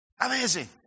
Amazing